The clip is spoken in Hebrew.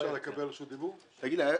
תגיד לי,